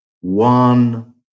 one